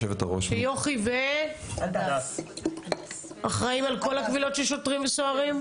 יוכי והדס אחראיות על כל הקבילות של שוטרים וסוהרים.